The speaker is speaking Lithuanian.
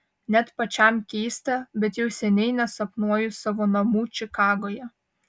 net pačiam keista bet jau seniai nesapnuoju savo namų čikagoje